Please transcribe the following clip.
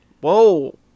Whoa